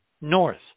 north